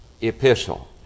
epistle